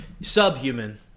subhuman